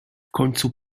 końcu